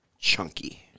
chunky